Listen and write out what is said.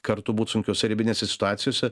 kartu būt sunkiose ribinėse situacijose